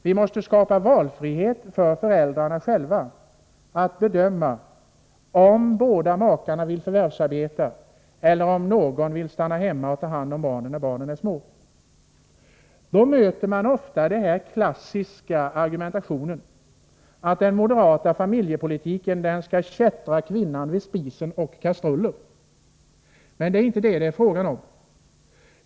Vi måste skapa valfrihet för föräldrarna själva att bedöma om båda makarna vill förvärvsarbeta eller om någon vill stanna hemma och ta hand om barnen när de är små. I det sammanhanget möter vi ofta det klassiska argumentet att den moderata familjepolitiken vill fjättra kvinnan vid spisen och kastrullen. Det är det inte fråga om.